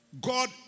God